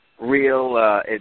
real